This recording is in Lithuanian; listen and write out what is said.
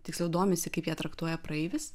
tiksliau domisi kaip ją traktuoja praeivis